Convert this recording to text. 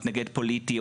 מתנגד פוליטי,